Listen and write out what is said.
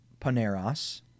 paneros